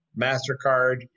mastercard